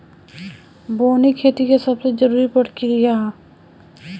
बोअनी खेती के सबसे जरूरी प्रक्रिया हअ